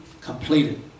completed